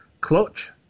Clutch